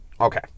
Okay